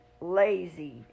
lazy